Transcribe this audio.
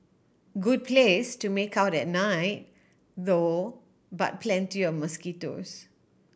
good place to make out at night though but plenty of mosquitoes